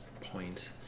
point